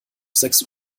sechs